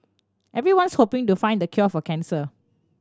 everyone's hoping to find the cure for cancer